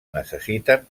necessiten